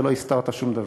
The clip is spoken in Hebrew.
ולא הסתרת שום דבר.